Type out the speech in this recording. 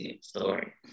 story